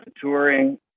touring